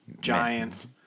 Giants